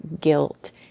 guilt